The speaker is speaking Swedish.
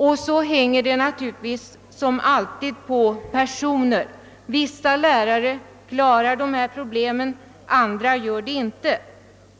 Vidare hänger det som alltid på personen; vissa lärare klarar dessa problem, andra gör det inte.